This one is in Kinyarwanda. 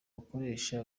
bakoresha